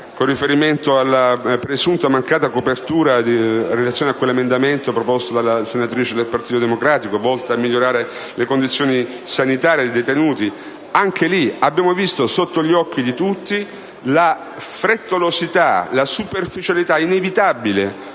con riferimento alla presunta mancata copertura in relazione a un emendamento, proposto da una senatrice del Gruppo del Partito Democratico, volto a migliorare le condizioni sanitarie dei detenuti. Anche in quel caso sotto gli occhi di tutti si è palesata la frettolosità e la superficialità inevitabile